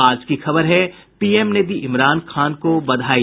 आज की खबर है पीएम ने दी इमरान खान को बधाई